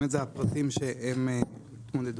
זה הפרטים שהם התמודדו.